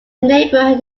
neighborhood